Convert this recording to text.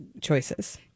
choices